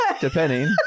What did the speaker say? depending